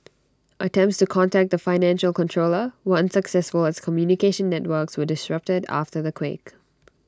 attempts to contact the financial controller were unsuccessful as communication networks were disrupted after the quake